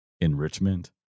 enrichment